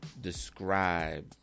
describe